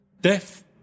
death